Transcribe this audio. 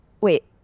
Wait